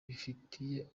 bifitiye